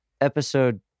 episode